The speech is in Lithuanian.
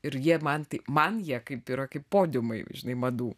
ir jie man tai man jie kaip yra kaip podiumai žinai madų